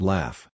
Laugh